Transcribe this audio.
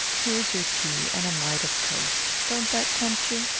here's your tea, and a mite of toast. don't that tempt you?